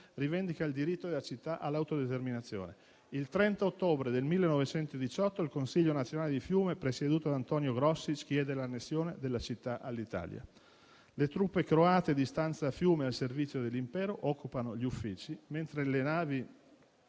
rivendica il diritto della città all'autodeterminazione. Il 30 ottobre 1918 il consiglio nazionale di Fiume, presieduto da Antonio Grossich, chiede l'annessione della città all'Italia. Le truppe croate di stanza a Fiume, al servizio dell'impero, occupano gli uffici, mentre le navi